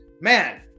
man